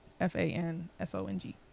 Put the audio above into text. F-A-N-S-O-N-G